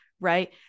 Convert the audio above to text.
right